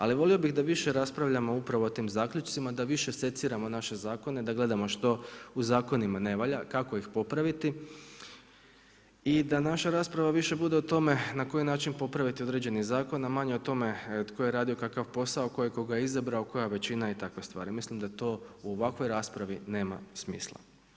Ali volio bih da više raspravljamo upravo o tim zaključcima, da više seciramo naše zakone, da gledamo što u zakonima ne valja, kako ih popraviti i da naša rasprava više bude u tome na koji način popraviti određeni zakon a manje o tome tko je radio kakav posao, tko je koga izabrao, koja većina i takve stvari, mislim da to u ovakvoj raspravi nema smisla.